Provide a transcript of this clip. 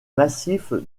massifs